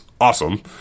Awesome